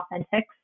authentic